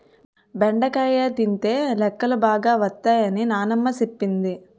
బెండకాయ తినితే లెక్కలు బాగా వత్తై అని నానమ్మ సెప్పింది